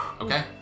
Okay